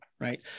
right